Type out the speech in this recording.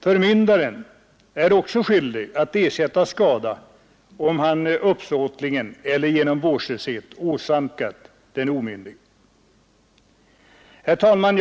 Förmyndaren är också skyldig att ersätta skada som han uppsåtligen eller genom vårdslöshet åsamkat den omyndige. Herr talman!